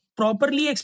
properly